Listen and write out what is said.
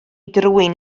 drwyn